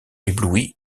ébloui